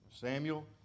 Samuel